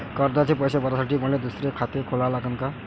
कर्जाचे पैसे भरासाठी मले दुसरे खाते खोला लागन का?